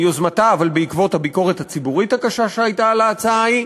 מיוזמתה אבל בעקבות הביקורת הציבורית הקשה שהייתה על ההצעה ההיא,